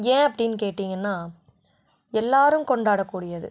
ஏன் அப்படின்னு கேட்டீங்கன்னா எல்லோரும் கொண்டாடக்கூடியது